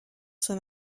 son